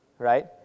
right